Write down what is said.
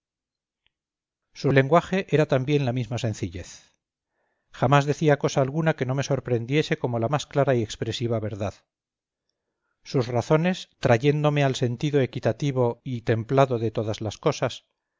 su lenguaje era también la misma sencillez jamás decía cosa alguna que no me sorprendiese como la más clara y expresiva verdad sus razones trayéndome al sentido equitativo y templado de todas las cosas